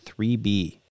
3B